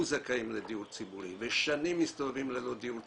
זכאים לדיור ציבורי ושנים מסתובבים ללא דיור ציבורי,